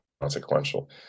consequential